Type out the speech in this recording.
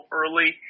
early